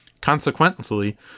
Consequently